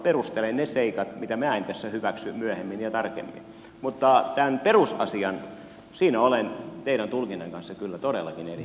perustelen ne seikat mitä minä en tässä hyväksy myöhemmin ja tarkemmin mutta tässä perusasiassa olen teidän tulkintanne kanssa kyllä todellakin eri mieltä